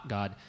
God